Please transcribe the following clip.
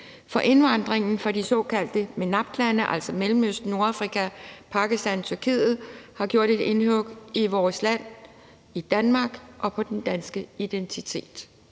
For indvandringen fra de såkaldte MENAPT-lande, altså Mellemøsten, Nordafrika, Pakistan og Tyrkiet, har gjort et indhug i vores land – et indhug i Danmark, i den danske identitet,